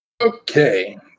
Okay